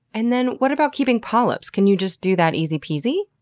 and then what about keeping polyps? can you just do that easy peasy?